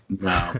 No